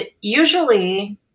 usually